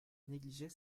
négliger